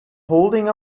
holding